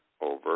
over